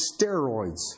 steroids